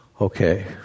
Okay